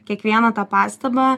kiekvieną tą pastabą